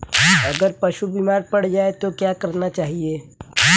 अगर पशु बीमार पड़ जाय तो क्या करना चाहिए?